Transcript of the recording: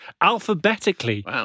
alphabetically